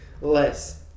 Less